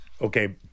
Okay